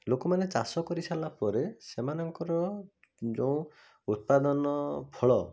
ଲୋକମାନେ ଚାଷ କରିସାରିଲା ପରେ ସେମାନଙ୍କର ଯେଉଁ ଉତ୍ପାଦନ ଫଳ